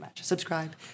Subscribe